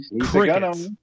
crickets